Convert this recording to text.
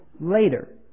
later